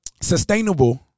sustainable